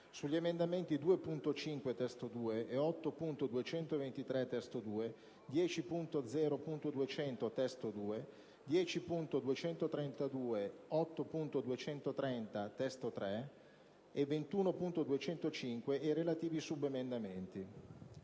sugli emendamenti 2.5 (testo 2), 8.223 (testo 2), 10.0.200 (testo 2), 10.232, 8.230 (testo 3)/6 e 21.205 e relativi subemendamenti.